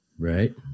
Right